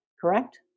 Correct